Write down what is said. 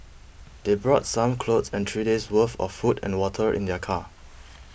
they brought some clothes and three days' worth of food and water in their car